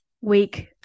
week